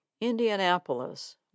Indianapolis